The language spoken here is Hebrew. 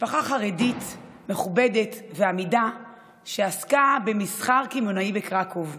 משפחה חרדית מכובדת ואמידה שעסקה במסחר קמעונאי בקרקוב.